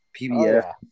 pbf